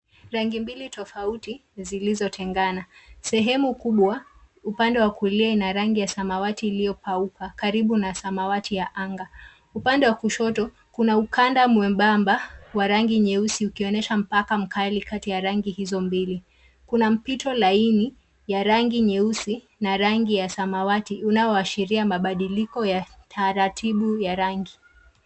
Rangi mbili tofauti zilizotengana. Sehemu kubwa upande wa kulia ina rangi ya samawati iliyopauka karibu na samawati ya anga. Upande wa kushoto kuna mkanda mwembamba wa rangi nyeusi ukionyesha mpaka mkali kati ya rangi hizo mbili. Kuna mpito laini ya rangi nyeusi na rangi ya samawati unaoashiria mabadiliko ya taratibu ya rangi.